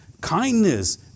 kindness